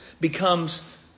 becomes